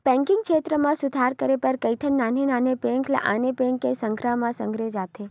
banking छेत्र म सुधार करे बर कइठन नान्हे नान्हे बेंक ल आने बेंक के संघरा म संघेरे जाथे